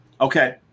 Okay